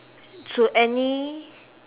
to any